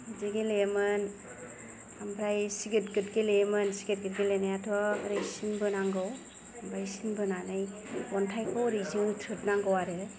बिदि गेलेयोमोन ओमफ्राय सिगोद गोद गेलेयोमोन सिगोद गोद गेलेनायाथ' ओरै सिन बोनांगौ ओमफाय सिन बोनानै अन्थायखौ ओरै जोथोथ्रोदनांगौ आरो